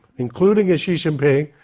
including, xi jinping,